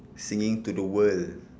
singing to the world